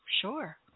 Sure